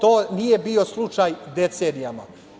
To nije bio slučaj decenijama.